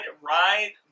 ride